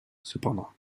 cependant